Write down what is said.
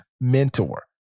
mentor